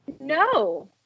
No